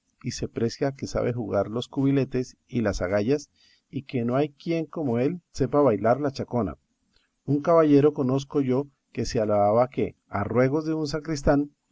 y se precia que sabe jugar los cubiletes y las agallas y que no hay quien como él sepa bailar la chacona un caballero conozco yo que se alababa que a ruegos de un sacristán